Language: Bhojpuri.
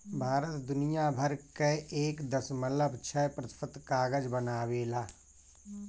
भारत दुनिया भर कअ एक दशमलव छह प्रतिशत कागज बनावेला